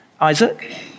Isaac